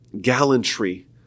gallantry